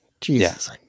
Jesus